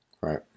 Right